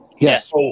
Yes